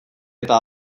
eta